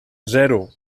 zero